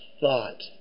thought